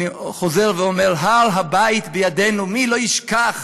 אני חוזר ואומר: הר-הבית בידינו" מי ישכח